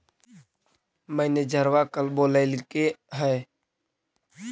मैनेजरवा कल बोलैलके है?